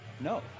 No